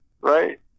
right